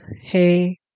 hey